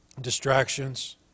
distractions